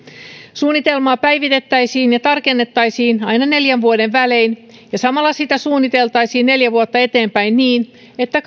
suunnitelmaa päivitettäisiin ja tarkennettaisiin aina neljän vuoden välein ja samalla sitä suunniteltaisiin neljä vuotta eteenpäin niin että